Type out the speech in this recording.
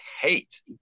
hate